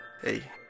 Hey